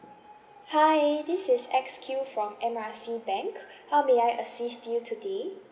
hi this is X Q from M R C bank how may I assist you today